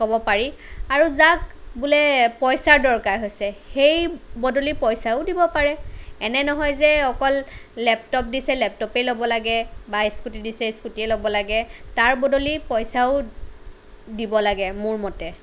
ক'ব পাৰি আৰু যাক বোলে পইচাৰ দৰকাৰ হৈছে সেই বদলি পইচাও দিব পাৰে এনে নহয় যে অকল লেপটপ দিছে লেপটপেই ল'ব লাগে বা স্কুটি দিছে স্কুটিয়ে ল'ব লাগে তাৰ বদলি পইচাও দিব লাগে মোৰ মতে